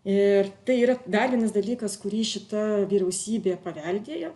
ir tai yra dar vienas dalykas kurį šita vyriausybė paveldėjo